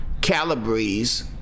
calibres